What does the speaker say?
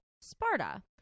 Sparta